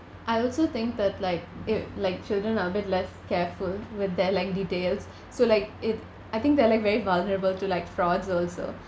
I also think that like i~ like children are a bit less careful with their like details so like it I think they're like very vulnerable to like frauds also